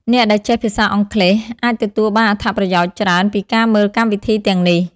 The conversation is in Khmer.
អ្នកដែលចេះភាសាអង់គ្លេសអាចទទួលបានអត្ថប្រយោជន៍ច្រើនពីការមើលកម្មវិធីទាំងនេះ។